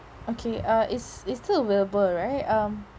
okay uh it's it's still available right um